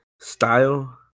style